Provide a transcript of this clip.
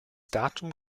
datum